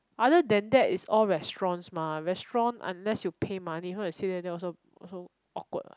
other than that is all restaurants mah restaurant unless you pay money if not you sit there then also also awkward what